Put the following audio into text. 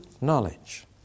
knowledge